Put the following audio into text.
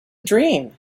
dream